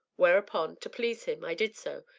whereupon, to please him, i did so,